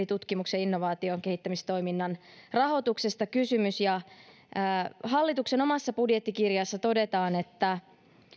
tutkimuksen innovaatioiden ja kehittämistoiminnan rahoituksesta hallituksen omassa budjettikirjassa todetaan että